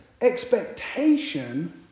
expectation